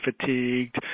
fatigued